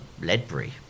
Ledbury